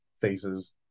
faces